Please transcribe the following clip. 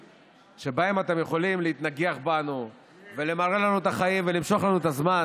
שבהן אתם יכולים להתנגח בנו ולמרר לנו את החיים ולמשוך לנו את הזמן,